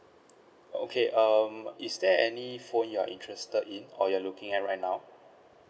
okay um is there any phone you're interested in or you're looking at right now